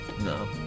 No